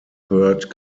third